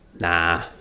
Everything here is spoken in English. Nah